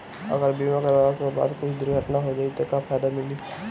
अगर बीमा करावे के बाद कुछ दुर्घटना हो जाई त का फायदा मिली?